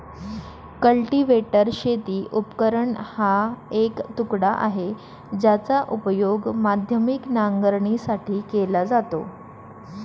cultivator शेती उपकरण हा एक तुकडा आहे, ज्याचा उपयोग माध्यमिक नांगरणीसाठी केला जातो